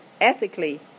ethically